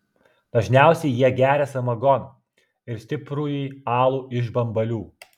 dažniausiai jie geria samagoną ir stiprųjį alų iš bambalių